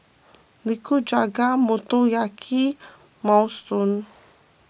Nikujaga Motoyaki and Minestrone